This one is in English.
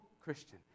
Christian